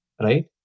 right